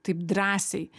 taip drąsiai